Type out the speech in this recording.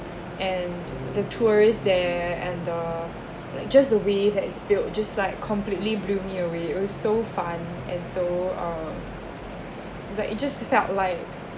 and the tourist there and the like just the way that is built just like completely blew me away it was so fun and so uh it's like it's just felt like